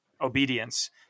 obedience